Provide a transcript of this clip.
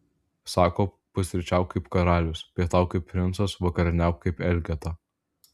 sako pusryčiauk kaip karalius pietauk kaip princas vakarieniauk kaip elgeta